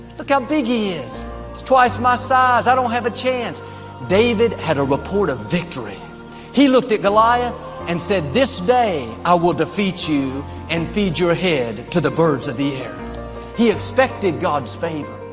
look how big he is it's twice my size. i don't have a chance david had a report of victory he looked at goliath and said this day i will defeat you and feed your head to the birds of the air he expected god's favor.